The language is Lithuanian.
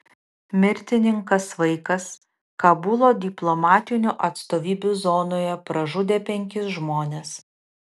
mirtininkas vaikas kabulo diplomatinių atstovybių zonoje pražudė penkis žmones